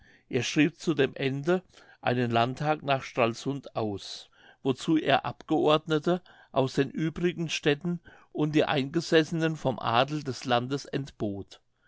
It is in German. er schrieb zu dem ende einen landtag nach stralsund aus wozu er abgeordnete aus den übrigen städten und die eingesessenen vom adel des landes entbot